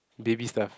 baby stuff